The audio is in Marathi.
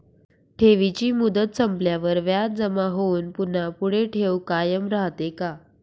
ठेवीची मुदत संपल्यावर व्याज जमा होऊन पुन्हा पुढे ठेव कायम राहते का?